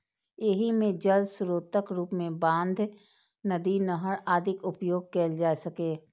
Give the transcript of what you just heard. एहि मे जल स्रोतक रूप मे बांध, नदी, नहर आदिक उपयोग कैल जा सकैए